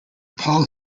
paul